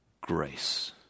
grace